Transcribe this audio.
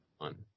on